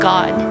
God